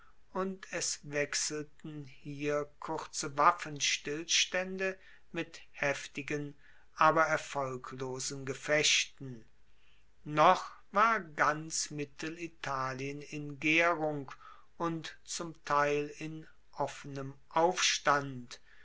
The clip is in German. und es wechselten hier kurze waffenstillstaende mit heftigen aber erfolglosen gefechten noch war ganz mittelitalien in gaerung und zum teil in offenem aufstand